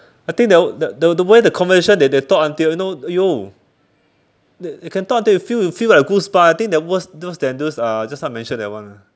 I think that wa~ the the way the conversation they they talk until you know !aiyo! the~ they can talk until you feel you feel like goosebump I think the worst those than those uh just now I mentioned that one ah